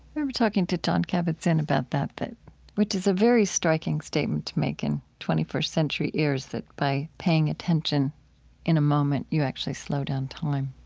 remember talking to jon kabat-zinn about that, which is a very striking statement to make in twenty first century ears, that by paying attention in a moment, you actually slow down time